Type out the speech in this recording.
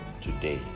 today